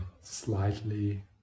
slightly